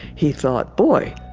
he thought, boy,